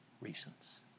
reasons